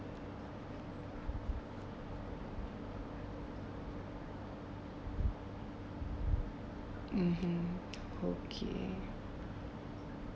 (uh huh) okay